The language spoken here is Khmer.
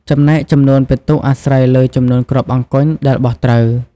ចំណែកចំនួនពិន្ទុអាស្រ័យលើចំនួនគ្រាប់អង្គញ់ដែលបោះត្រូវ ។